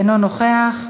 אינו נוכח,